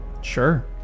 Sure